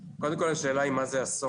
קודם כל השאלה היא מה הוא אסון?